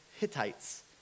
Hittites